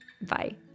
Bye